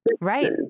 Right